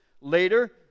Later